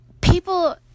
people